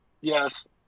yes